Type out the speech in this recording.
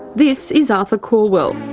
this is arthur caldwell.